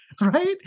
right